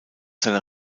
seiner